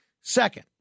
Second